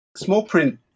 Smallprint